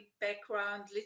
background